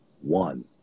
one